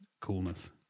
coolness